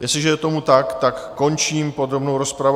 Jestliže je tomu tak, tak končím podrobnou rozpravu.